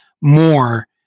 more